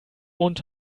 und